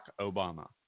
Obama